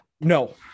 No